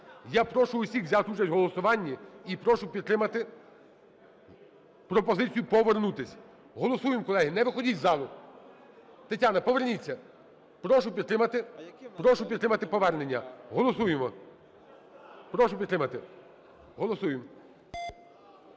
Я прошу усіх взяти участь в голосуванні і прошу підтримати пропозицію повернутись. Голосуємо, колеги! Не виходіть з залу. Тетяна, поверніться. Прошу підтримати повернення. Голосуємо! Прошу підтримати. Голосуємо.